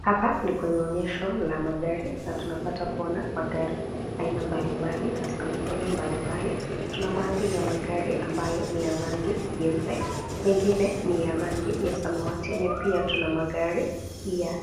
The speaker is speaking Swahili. Hapa ni kwa maonyesho ya magari na tunapata kuona magari aina mbalimbali za Sampuli mbalimbali. Tuna baadhi ya magari ambayo ni ya rangi nyeupe, mengine ni ya rangi ya samawati na pia tuna magari ya